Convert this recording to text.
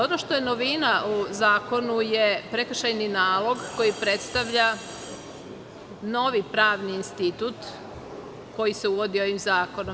Ono što je novina u zakonu jeste prekršajni nalog koji predstavlja novi pravni institut koji se uvodi ovim zakonom.